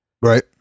Right